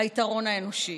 היתרון האנושי.